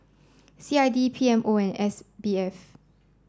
C I D P M O and S B F